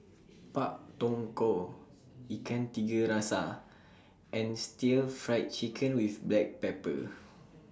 Pak Dong Ko Ikan Tiga Rasa and Stir Fried Chicken with Black Pepper